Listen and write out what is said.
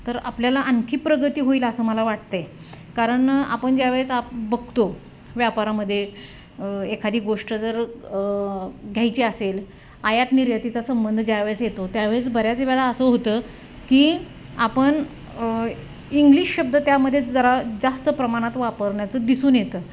तर आपल्याला आणखी प्रगती होईल असं मला वाटतं आहे कारण आपण ज्यावेळेस आप बघतो व्यापारामध्ये एखादी गोष्ट जर घ्यायची असेल आयात निर्यातीचा संबंध ज्यावेळेस येतो त्यावेळेस बऱ्याच वेळा असं होतं की आपण इंग्लिश शब्द त्यामध्ये जरा जास्त प्रमाणात वापरण्याचं दिसून येतं